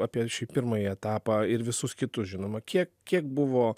apie šį pirmąjį etapą ir visus kitus žinoma kiek kiek buvo